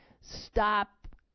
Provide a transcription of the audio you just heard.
Stop